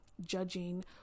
judging